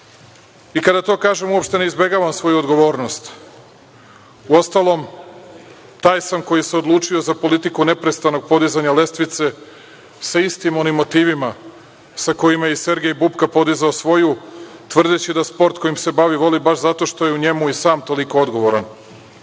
Kada to kažem, uopšte ne izbegavam svoju odgovornost. Uostalom, taj sam koji se odlučio za politiku neprestanog podizanja lestvice sa istim onim motivima sa kojima je i Sergej Bupka podizao svoju, tvrdeći da sport kojim se bavi voli baš zato što je u njemu i sam toliko odgovoran.